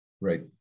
Right